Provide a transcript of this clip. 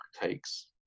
takes